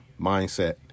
mindset